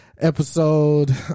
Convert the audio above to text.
episode